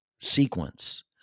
sequence